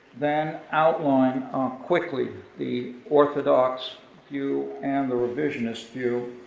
then outline quickly the orthodox view and the revisionist view,